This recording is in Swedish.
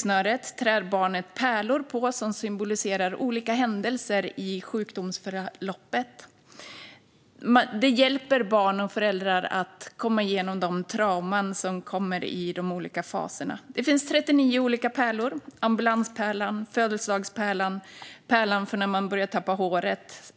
Barnet trär pärlor på supersnöret, som symboliserar olika händelser i sjukdomsförloppet. Det hjälper barn och föräldrar att komma igenom trauman i de olika faserna. Det finns 39 olika pärlor, till exempel ambulanspärlan, födelsedagspärlan och pärlan för när man börjar tappa håret.